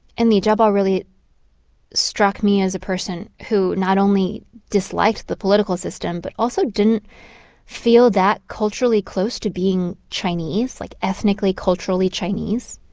and li jiabao really struck me as a person who not only disliked the political system but also didn't feel that culturally close to being chinese like, ethnically, culturally chinese